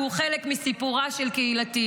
על חלק מסיפורה של קהילתי,